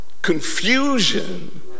confusion